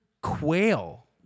quail